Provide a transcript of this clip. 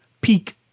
peak